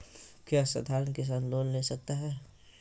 क्या साधरण किसान लोन ले सकता है?